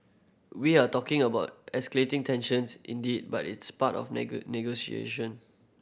we're talking about escalating tensions indeed but it's part of negotiation